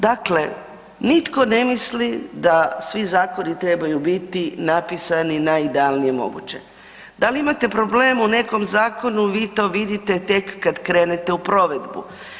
Dakle, nitko ne mislim da svi zakoni trebaju biti napisani najidealnije moguće, da li imate problem u nekom zakonu, vi to vidite tek kad krenete u provedbi.